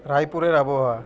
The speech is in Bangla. রায়পুরের আবহাওয়া